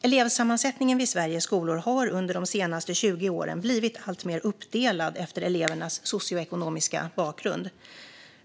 Elevsammansättningen vid Sveriges skolor har under de senaste 20 åren blivit alltmer uppdelad efter elevernas socioekonomiska bakgrund.